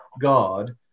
god